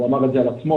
הוא אמר את זה על עצמו,